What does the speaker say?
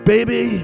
Baby